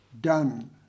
done